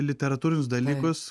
literatūrius dalykus